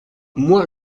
moi